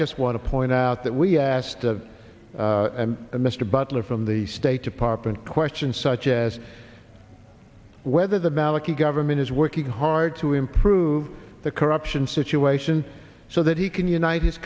just want to point out that we asked of mr butler from the state department question such as whether the maliki government is working hard to improve the corruption situation so that he can unite his